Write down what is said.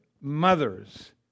mothers